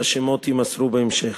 השמות יימסרו בהמשך,